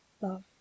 love